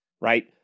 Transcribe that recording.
Right